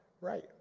right